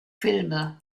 filme